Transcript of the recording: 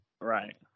Right